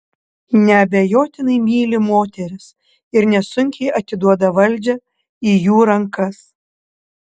neabejotinai myli moteris ir nesunkiai atiduoda valdžią į jų rankas